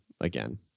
again